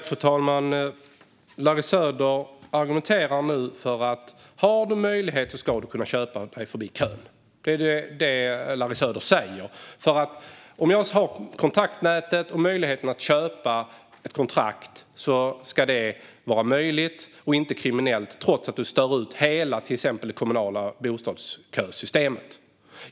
Fru talman! Larry Söder argumenterar för att man ska kunna köpa sig förbi kön. Har man ett kontaktnät och möjlighet att köpa ett kontrakt ska detta inte vara kriminellt trots att det stör hela det kommunala bostadskösystemet.